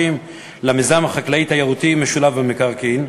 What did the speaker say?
למיזם החקלאי-תיירותי המשולב במקרקעין.